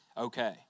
okay